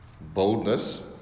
boldness